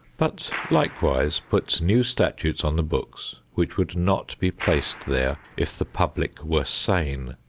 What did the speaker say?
but likewise puts new statutes on the books which would not be placed there if the public were sane.